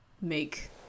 make